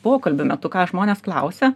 pokalbių metu ką žmonės klausia